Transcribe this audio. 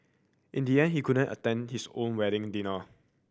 in the end he couldn't attend his own wedding dinner